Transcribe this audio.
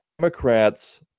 Democrats